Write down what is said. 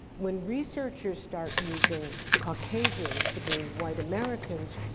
when researchers start using caucasian to mean white americans,